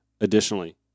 additionally